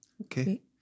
okay